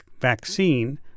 vaccine